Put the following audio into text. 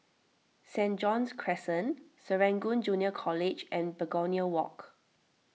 St John's Crescent Serangoon Junior College and Begonia Walk